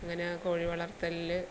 അങ്ങനെ കോഴി വളർത്തലിൽ